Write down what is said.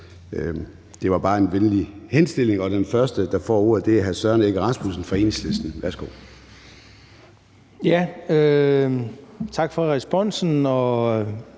Det er bare en venlig henstilling. Den første, der får ordet, er hr. Søren Egge Rasmussen fra Enhedslisten. Værsgo. Kl. 21:02 Søren